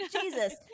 Jesus